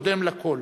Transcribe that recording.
חינוך קודם לכול.